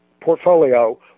portfolio